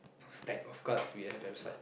stack of cards we have at the side